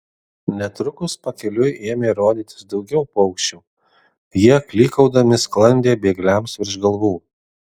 netrukus pakeliui ėmė rodytis daugiau paukščių jie klykaudami sklandė bėgliams virš galvų